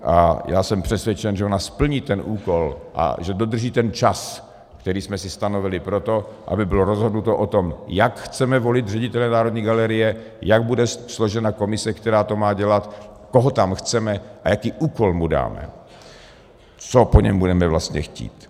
A já jsem přesvědčen, že ona splní ten úkol a že dodrží ten čas, který jsme si stanovili pro to, aby bylo rozhodnuto o tom, jak chceme volit ředitele Národní galerie, jak bude složena komise, která to má dělat, koho tam chceme a jaký úkol mu dáme, co po něm budeme vlastně chtít.